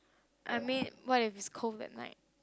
I mean what if it cold that night